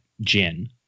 Jin